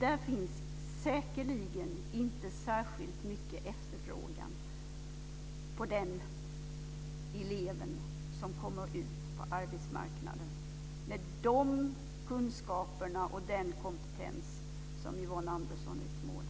Det finns säkerligen inte särskilt mycket efterfrågan på de elever som kommer ut på arbetsmarknaden med de kunskaper och den kompetens som Yvonne Andersson utmålar.